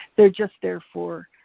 they're just there for